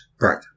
Right